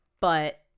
But-